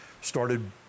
started